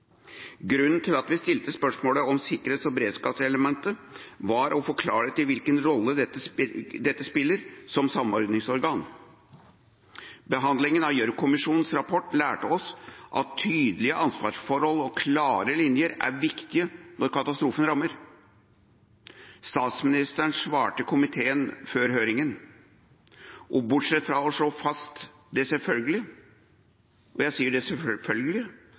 Grunnen til at vi stilte spørsmålet om sikkerhets- og beredskapselementet, var for å få klarhet i hvilken rolle dette spiller som samordningsorgan. Behandlingen av Gjørv-kommisjonens rapport lærte oss at tydelige ansvarsforhold og klare linjer er viktige når katastrofen rammer. Statsministeren svarte komiteen før høringen, og bortsett fra å slå fast det selvfølgelige, at regjeringa selv bestemmer hvordan den organiserer sitt arbeid, blir jeg